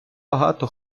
багато